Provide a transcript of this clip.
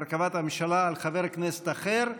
הרכבת הממשלה על חבר כנסת אחר,